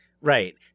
right